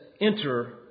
enter